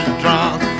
drunk